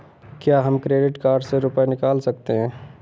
क्या हम credit card से रुपये निकाल सकते हैं?